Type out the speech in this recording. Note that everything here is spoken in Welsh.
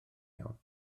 iawn